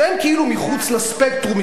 שהם כאילו מחוץ לספקטרום,